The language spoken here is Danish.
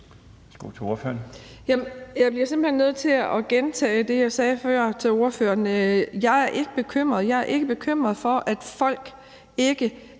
simpelt hen nødt til at gentage det, jeg sagde før til ordføreren. Jeg er ikke bekymret for, at folk ikke